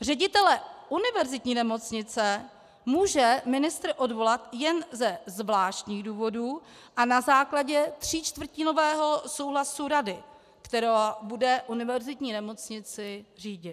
Ředitele univerzitní nemocnice může ministr odvolat jen ze zvláštních důvodů a na základě tříčtvrtinového souhlasu rady, která bude univerzitní nemocnici řídit.